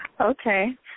Okay